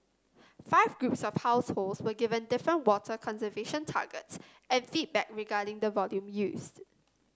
five groups of households were given different water conservation targets and feedback regarding the volume used